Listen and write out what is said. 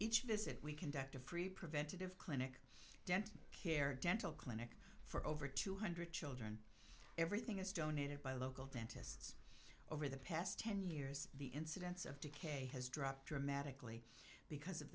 each visit we conduct a free preventative clinic dent care dental clinic for over two hundred children everything is donated by local dentists over the past ten years the incidence of decay has dropped dramatically because of